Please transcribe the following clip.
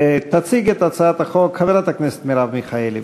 תציג את הצעת החוק חברת הכנסת מרב מיכאלי.